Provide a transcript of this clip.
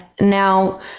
now